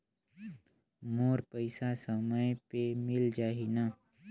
मोर पइसा समय पे मिल जाही न?